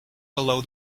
below